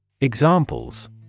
Examples